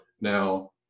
Now